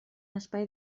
espai